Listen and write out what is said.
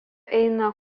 eina